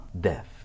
death